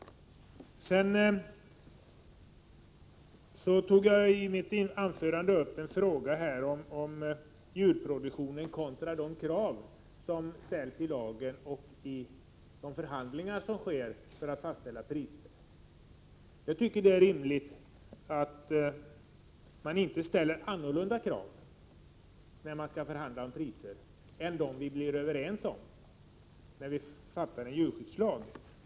I mitt anförande tog jag upp djurproduktionen, kontra de krav som ställs i de förhandlingar som sker för att fastställa priserna. Jag tycker det är rimligt att man inte ställer andra krav när man förhandlar om priserna än de krav som vi blir överens om när vi fattar beslut om en djurskyddslag.